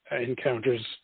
encounters